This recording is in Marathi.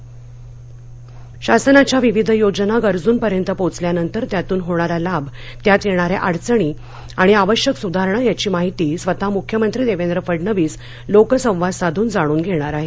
मख्यमंत्री संवाद शासनाच्या विविध योजना गरजूपर्यंत पोहोचल्यानंतर त्यातून होणारा लाभ त्यात येणाऱ्या अडचणी आणि आवश्यक सुधारणा याची माहिती स्वतः मुख्यमंत्री देवेंद्र फडणवीस लोक संवाद साधून जाणून घेणार आहेत